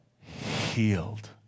healed